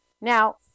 Now